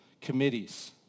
committees